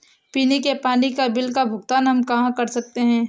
पीने के पानी का बिल का भुगतान हम कहाँ कर सकते हैं?